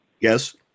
Yes